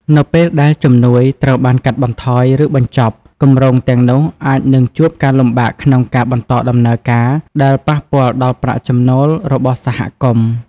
នៅពេលដែលជំនួយត្រូវបានកាត់បន្ថយ ឬបញ្ចប់ គម្រោងទាំងនោះអាចនឹងជួបការលំបាកក្នុងការបន្តដំណើរការ ដែលប៉ះពាល់ដល់ប្រាក់ចំណូលរបស់សហគមន៍។